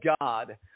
God